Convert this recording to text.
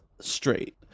straight